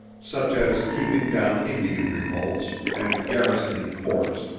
such as keeping down indian revolts, and garrisoning forts,